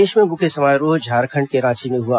देश में मुख्य समारोह झारखंड के रांची में हुआ